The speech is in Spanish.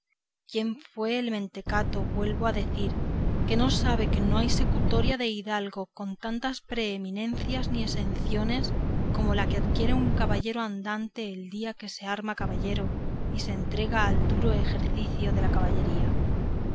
quién fue el mentecato vuelvo a decir que no sabe que no hay secutoria de hidalgo con tantas preeminencias ni esenciones como la que adquiere un caballero andante el día que se arma caballero y se entrega al duro ejercicio de la caballería